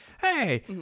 hey